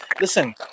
listen